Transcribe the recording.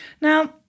Now